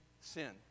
sin